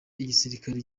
igisirikare